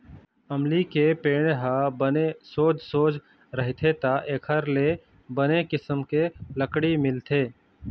अमली के पेड़ ह बने सोझ सोझ रहिथे त एखर ले बने किसम के लकड़ी मिलथे